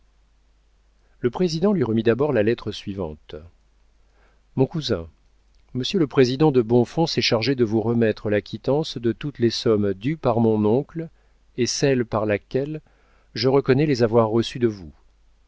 le président lui remit d'abord la lettre suivante mon cousin monsieur le président de bonfons s'est chargé de vous remettre la quittance de toutes les sommes dues par mon oncle et celle par laquelle je reconnais les avoir reçues de vous